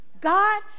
God